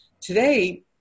Today